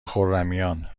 خرمیان